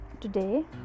today